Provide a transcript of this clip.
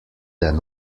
than